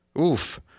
oof